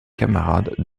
camarades